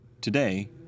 Today